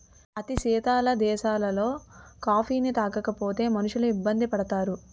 అతి శీతల దేశాలలో కాఫీని తాగకపోతే మనుషులు ఇబ్బంది పడతారు